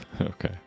okay